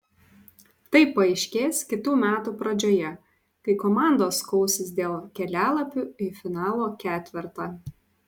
tai paaiškės kitų metų pradžioje kai komandos kausis dėl kelialapių į finalo ketvertą